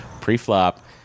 Pre-flop